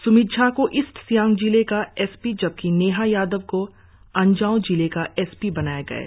स्मित झा को ईस्ट सियांग जिले का एस पी जबकि नेहा यादव को अंजाव जिले का एस पी बनाया गया है